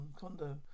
condo